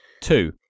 Two